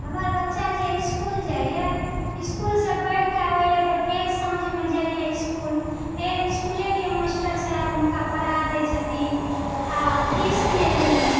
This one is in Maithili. हमर बच्चा जे इस्कूल जाइए स्कूलसँ पढ़िके आबयए तऽ फेर साँझमे जाइए इस्कूल फेर इस्कूलके मास्टरसाहब हुनका पढ़ा दय छथिन आ फीस नहि लयए